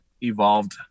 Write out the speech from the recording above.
evolved